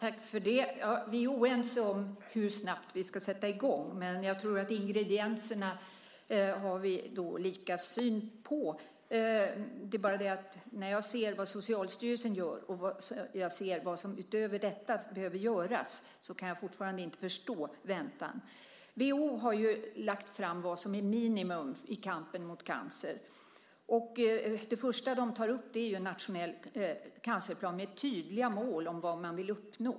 Herr talman! Vi är oense om hur snabbt vi ska sätta i gång, men jag tror att vi har lika syn på ingredienserna. När jag ser vad Socialstyrelsen gör och vad som utöver detta behöver göras kan jag fortfarande inte förstå väntan. WHO har lagt fram vad som är minimum i kampen mot cancer. Det första WHO tar upp är en nationell cancerplan med tydliga mål om vad man vill uppnå.